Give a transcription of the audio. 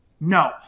No